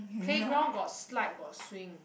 playground got slide got swing